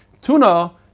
Tuna